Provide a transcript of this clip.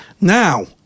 Now